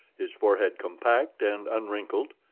his forehead compact and unwrinkled,